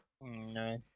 No